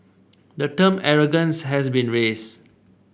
the term arrogance has been raised